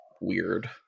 weird